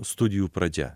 studijų pradžia